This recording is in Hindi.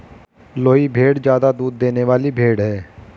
लोही भेड़ ज्यादा दूध देने वाली भेड़ है